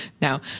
Now